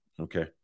Okay